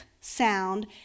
sound